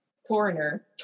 coroner